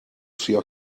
trio